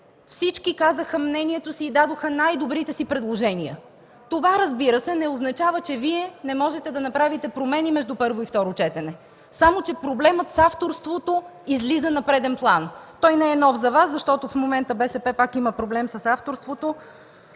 Всички казаха мнението си и дадоха най-добрите си предложения. Това, разбира се, не означава, че Вие не можете да направите промени между първо и второ четене. Само че проблемът с авторството излиза на преден план. Той не е нов за Вас, защото в момента БСП пак има проблем с авторството